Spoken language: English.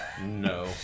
No